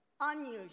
unusual